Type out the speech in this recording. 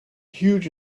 huge